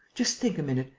just think a minute.